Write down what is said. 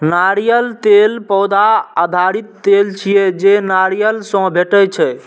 नारियल तेल पौधा आधारित तेल छियै, जे नारियल सं भेटै छै